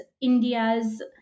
India's